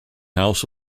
house